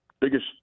biggest